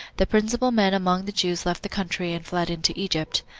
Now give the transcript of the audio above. the principal men among the jews left the country, and fled into egypt.